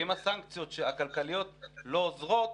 אם הסנקציות הכלכליות לא עוזרות,